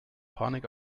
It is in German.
panik